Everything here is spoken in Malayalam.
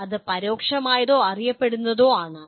അത് പരോക്ഷമായതോ അറിയപ്പെടുന്നതോ ആണ്